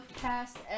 past